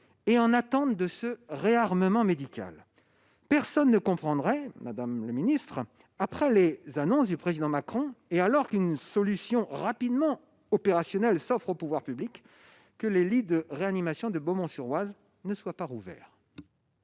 et en attente de ce « réarmement médical ». Madame la ministre, personne ne comprendrait, après les annonces du Président Macron, et alors qu'une solution rapidement opérationnelle s'offre aux pouvoirs publics, que les lits de réanimation de Beaumont-sur-Oise ne soient pas rouverts.